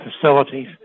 facilities